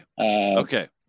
Okay